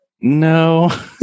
No